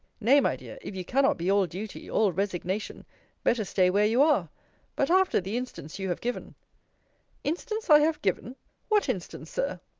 nay, my dear, if you cannot be all duty, all resignation better stay where you are but after the instance you have given instance i have given what instance, sir?